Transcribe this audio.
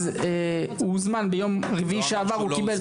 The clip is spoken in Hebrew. אז הוא הוזמן ביום רביעי שעבר הוא קיבל.